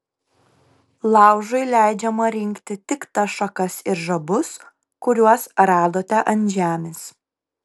laužui leidžiama rinkti tik tas šakas ir žabus kuriuos radote ant žemės